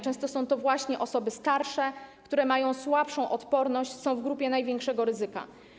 Często są to właśnie osoby starsze, które mają słabszą odporność, są w grupie największego ryzyka.